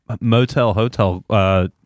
motel-hotel